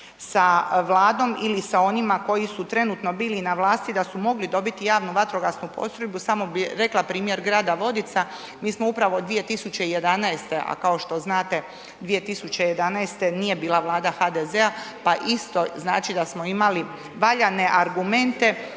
sa Vladom ili sa onima koji su trenutno bili i na vlasti da su mogli dobiti javnu vatrogasnu postrojbu samo bih rekla primjer grada Vodica. Mi smo upravo 2011. a kao što znate 2011. nije bila Vlada HDZ-a pa isto znači da smo imali valjane argumente